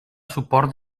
suport